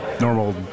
normal